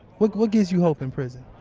what, what give you hope in prison?